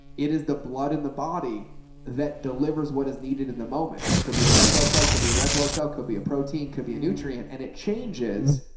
it is the blood in the body that delivers what is needed in the moment. it could be a white blood cell. it could be a red blood cell could be a protein, could be a nutrient and it changes.